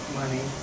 money